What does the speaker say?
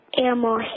animal